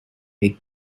big